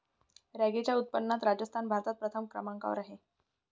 रॅगीच्या उत्पादनात राजस्थान भारतात प्रथम क्रमांकावर आहे